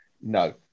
no